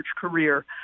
career